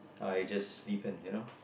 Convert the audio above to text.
I just sleep in you know